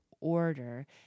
order